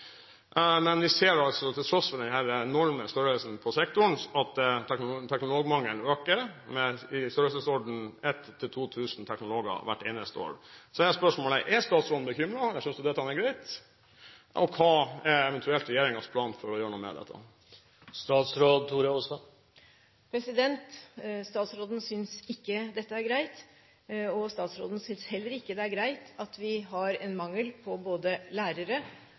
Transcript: Men vi ser altså, til tross for denne enorme størrelsen på sektoren, at teknologmangelen varierer i størrelsesorden 1 000–2 000 teknologer hvert eneste år. Så er spørsmålet: Er statsråden bekymret, eller synes hun dette er greit? Hva er eventuelt regjeringens plan for å gjøre noe med dette? Statsråden synes ikke dette er greit, og statsråden synes heller ikke det er greit at vi har en mangel på både lærere,